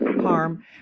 harm